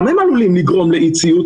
גם הם עלולים לגרום לאי-ציות.